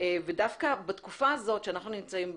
ודווקא בתקופה הזאת שאנחנו נמצאים בה,